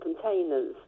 Containers